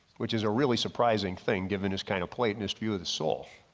which is a really surprising thing given this kind of plate in this view of the soul,